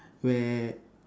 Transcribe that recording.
where